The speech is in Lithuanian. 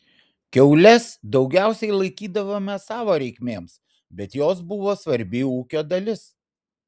kiaules daugiausiai laikydavome savo reikmėms bet jos buvo svarbi ūkio dalis